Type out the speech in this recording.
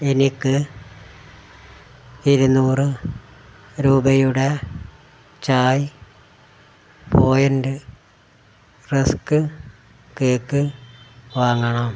എനിക്ക് ഇരുനൂറ് രൂപയുടെ ചായ് പോയിൻറ് റസ്ക് കേക്ക് വാങ്ങണം